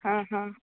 ହଁ ହଁ